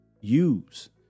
use